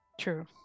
True